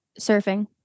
surfing